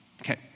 Okay